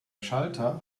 schalter